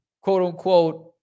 quote-unquote